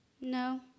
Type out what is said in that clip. No